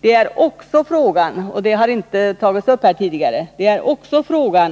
Det är också fråga om något som inte tagits upp här tidigare